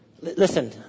Listen